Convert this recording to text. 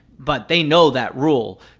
but they know that rule.